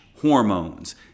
hormones